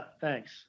thanks